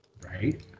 right